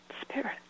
spirit